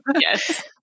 yes